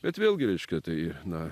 bet vėlgi reiškia tai na